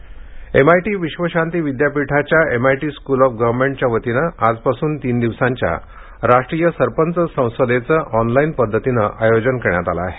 sarpanch Sansad MIT विश्वशांती विद्यापीठाच्या MIT school of government च्या वतीनं आजपासून तीन दिवसांच्या राष्ट्रीय सरपंच संसदेचं ऑनलाइन पद्धतीनं आयोजन करण्यात आलं आहे